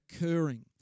occurring